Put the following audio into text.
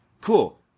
Cool